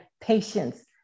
patience